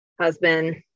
husband